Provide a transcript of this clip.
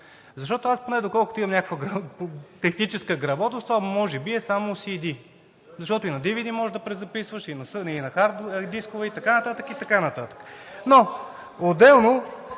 Защото аз поне, доколкото имам някаква техническа грамотност, това може би е само CD, защото и на DVD може да презаписваш, и на харддискове, и така нататък, и така